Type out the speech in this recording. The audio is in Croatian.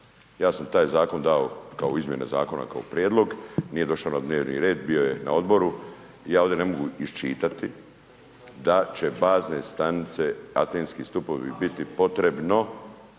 Ja sam taj zakon dao kao izmjene zakona, ka prijedlog nije došao na dnevni red, bio je na odboru, ja ovdje ne mogu iščitati da će bazne stanice, atenski stupovi biti potrebno